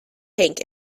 pink